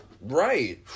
Right